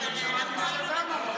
שמעתי גם מה שאתה אמרת.